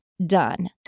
done